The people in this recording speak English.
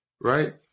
right